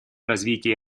развитии